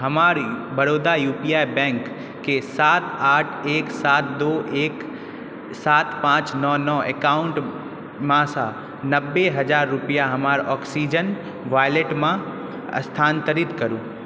हमर Baroda U P I बैंकके सात आठ एक सात दो एक सात पाँच नओ नओ एकाउन्टमेसँ नब्बे हजार रुपैआ हमर ऑक्सीजन वैलेटमे स्थानान्तरित करू